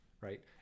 right